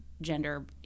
gender